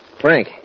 Frank